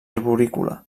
arborícola